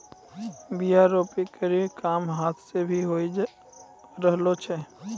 बीया रोपै केरो काम हाथ सें भी होय रहलो छै